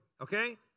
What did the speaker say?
Okay